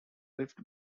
rift